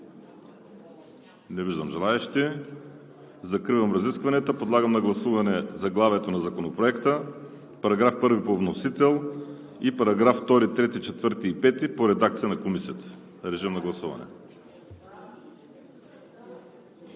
Не виждам желаещи. Закривам разискванията. Подлагам на гласуване заглавието на Законопроекта, § 1 по вносител и параграфи 2, 3, 4 и 5 по редакция на Комисията. Гласували